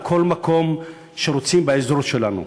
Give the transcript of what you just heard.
על כל מקום שרוצים באזור שלנו.